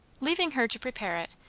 leaving her to prepare it,